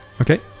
Okay